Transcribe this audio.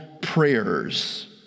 prayers—